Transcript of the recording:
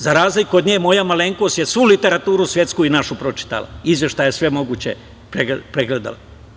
Za razliku od nje, moja malenkost je svu literaturu svetsku i našu pročitala i izveštaje sve moguće pregledala.